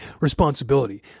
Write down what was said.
responsibility